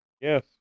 yes